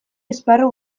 esparru